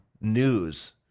news